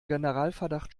generalverdacht